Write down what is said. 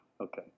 Okay